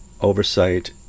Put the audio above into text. oversight